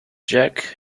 jack